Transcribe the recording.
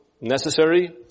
necessary